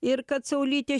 ir kad saulytė